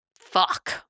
Fuck